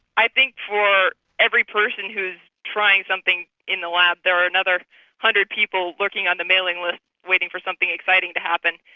i think for every person who's trying something in the lab there are another one hundred people looking on the mailing list waiting for something exciting to happen.